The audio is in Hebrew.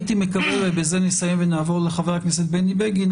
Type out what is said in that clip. בזה נסיים ונעבור לחבר הכנסת בני בגין.